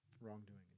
wrongdoing